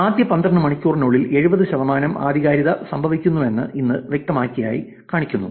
ആദ്യ 12 മണിക്കൂറിനുള്ളിൽ 70 ശതമാനം ആധികാരികത സംഭവിക്കുന്നുവെന്ന് ഇത് വ്യക്തമായി കാണിക്കുന്നു